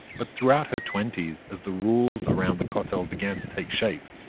but, throughout her twenties, as the rules around the kotel began to take shape,